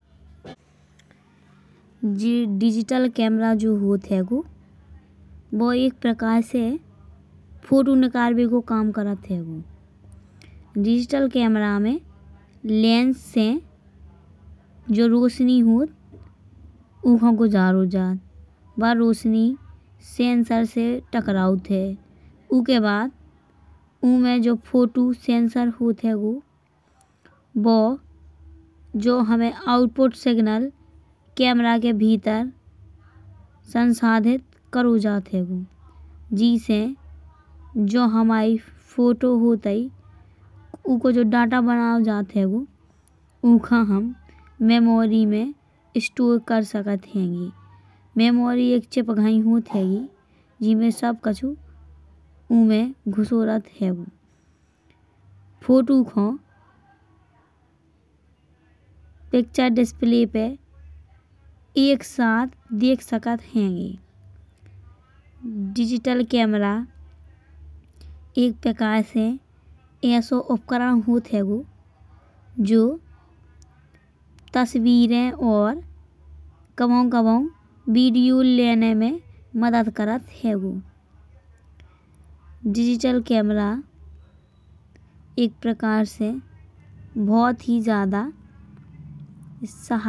Digital camera जो होत हैंगो। वो एक प्रकार से फोटो निकालबे को काम करत हैंगो। डिजिटल कैमरा में लेंस से जो रोशनी होत। ऊका गुजारो जात वा रोशनी सेंसर से टकरात है। ऊके बाद ऊमें जो फोटो सेंसर होत हैंगो। बो जो हमें आउटपुट सिग्नल कैमरा के भीतर संसाधित कर्यो जात हैंगो। जैसे जो हमाई फोटो होतै ऊको जो डेटा बनाओ जात। हैंगो ऊका हम मेमोरी में स्टोर कर सकत हैंगे। मेमोरी एक चिप घायी होत हैंगी जिमे सब कछु ऊमें घुसोरत हैंगो। फोटू को पिक्चर डिस्प्ले पे एक साथ देख सकत हैंगे। डिजिटल कैमरा एक प्रकार से ऐसो उपकरण होत हैंगो। जो तसवीरें और कब्हउ कब्हउ वीडियो लेने में मदद करत हैंगो। डिजिटल कैमरा एक प्रकार से बहुत ही ज्यादा सहायक होत हैंगो।